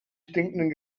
stinkenden